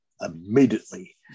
immediately